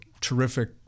terrific